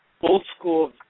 old-school